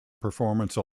performance